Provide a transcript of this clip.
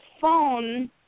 phone